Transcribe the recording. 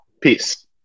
Peace